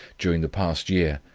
during the past year,